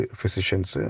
physicians